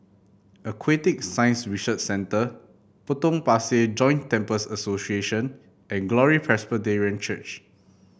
Aquatic Science Research Centre Potong Pasir Joint Temples Association and Glory Presbyterian Church